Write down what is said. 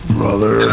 Brother